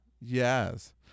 Yes